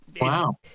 wow